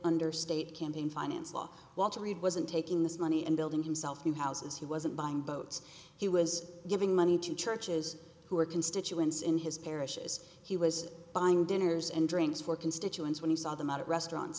under state campaign finance law walter reed wasn't taking this money and building himself new houses he wasn't buying votes he was giving money to churches who were constituents in his parishes he was buying dinners and drinks for constituents when he saw them out at restaurants